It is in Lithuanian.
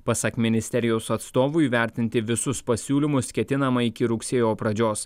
pasak ministerijos atstovų įvertinti visus pasiūlymus ketinama iki rugsėjo pradžios